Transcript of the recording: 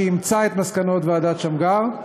והיא אימצה את מסקנות ועדת שמגר,